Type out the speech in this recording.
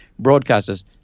broadcasters